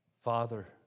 Father